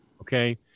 Okay